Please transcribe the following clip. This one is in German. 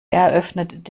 eröffnet